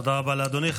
תודה רבה, אדוני.